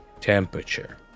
Temperature